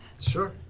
Sure